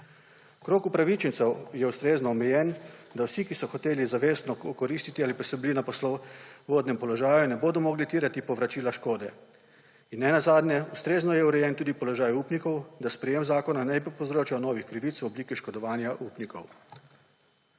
Krog upravičencev je ustrezno omejen, da vsi, ki so se hoteli zavestno okoristiti ali pa so bili na poslovodnem položaju, ne bodo mogli terjati povračila škode. In ne nazadnje, ustrezno je urejen tudi položaj upnikov, da sprejetje zakona ne bi povzročalo novih krivic v obliki škodovanja upnikov.